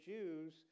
Jews